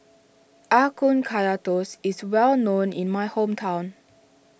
Ah Kun Kaya Toast is well known in my hometown